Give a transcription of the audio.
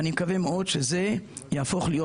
ואני מקווה מאוד שזה יהפוך להיות,